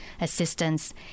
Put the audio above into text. assistance